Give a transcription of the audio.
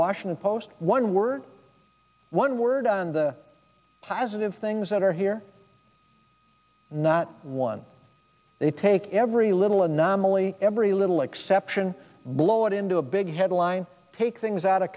washington post one word one word on the positive things that are here not one they take every little anomaly every little exception blow it into a big headline take things out of